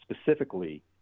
specifically